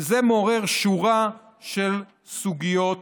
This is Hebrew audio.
מעורר שורה של סוגיות